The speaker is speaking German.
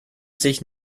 sich